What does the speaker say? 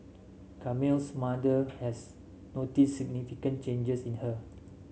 Camille's mother has noticed significant changes in her